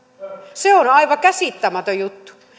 se on aivan käsittämätön juttu